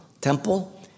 temple